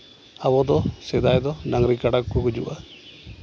ᱟᱵᱚ ᱫᱚ ᱥᱮᱫᱟᱭ ᱫᱚ ᱰᱟᱝᱨᱤ ᱠᱟᱰᱟ ᱠᱚ ᱜᱩᱡᱩᱜᱼᱟ